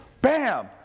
Bam